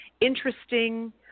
interesting